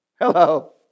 Hello